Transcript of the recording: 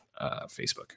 Facebook